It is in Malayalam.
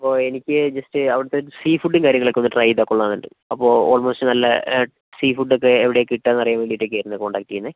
അപ്പോൾ എനിക്ക് ജസ്റ്റ് അവിടുത്തെ സീ ഫുഡും കാര്യങ്ങളൊക്കെ ഒന്ന് ട്രൈ ചെയ്താൽ കൊള്ളാമെന്നുണ്ട് അപ്പോൾ ഓൾമോസ്റ്റ് നല്ല സീ ഫുഡൊക്കെ എവിടെയാണ് കിട്ടാന്നറിയാൻ വേണ്ടീട്ടൊക്കെയാരുന്നേ കോണ്ടാക്ട് ചെയ്യുന്നത്